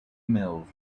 mills